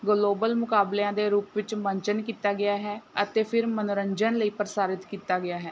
global ਮੁਕਾਬਲਿਆਂ ਦੇ ਰੂਪ ਵਿੱਚ ਮੰਚਨ ਕੀਤਾ ਗਿਆ ਹੈ ਅਤੇ ਫਿਰ ਮਨੋਰੰਜਨ ਲਈ ਪ੍ਰਸਾਰਿਤ ਕੀਤਾ ਗਿਆ ਹੈ